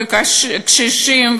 וקשישים,